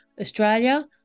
Australia